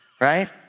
right